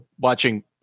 watching